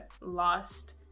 lost